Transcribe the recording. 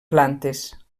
plantes